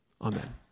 Amen